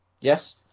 Yes